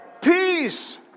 Peace